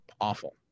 awful